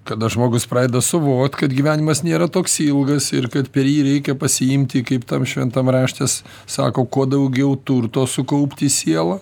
kada žmogus pradeda suvokt kad gyvenimas nėra toks ilgas ir kad per jį reikia pasiimti kaip tam šventam raštas sako kuo daugiau turto sukaupti į sielą